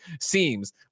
seems